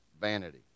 vanity